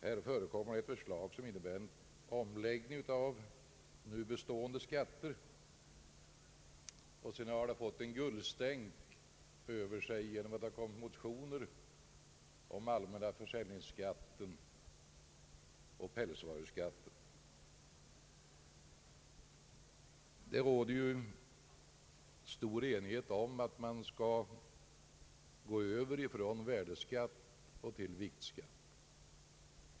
Här förekommer det förslag, som innebär en omläggning av nu bestående skatter, och sedan har det fått ett guldstänk över sig genom motioner om allmänna försäljningsskatten och pälsvaruskatten. Det råder stor enighet om att man skall gå över från värdeskatt till viktskatt.